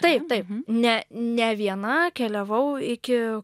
taip taip ne ne viena keliavau iki